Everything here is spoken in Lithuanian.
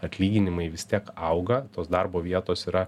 atlyginimai vis tiek auga tos darbo vietos yra